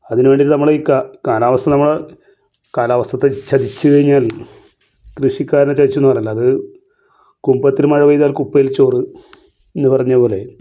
അതിന് വേണ്ടീട്ട് നമ്മൾ ഈ കാലാവസ്ഥ നമ്മൾ കാലവർഷത്തെ ചതിച്ചു കഴിഞ്ഞാൽ കൃഷിക്കാരനെ ചതിച്ചൂന്ന് പറയില്ലേ അത് കുംഭത്തിൽ മഴ പെയ്താൽ കുപ്പേല് ചോറ് എന്ന് പറഞ്ഞ പോലെ